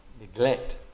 neglect